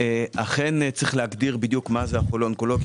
אכן צריך להגדיר בדיוק מה זה החולה האונקולוגי,